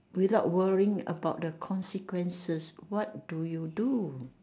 without worrying about the consequences what do you do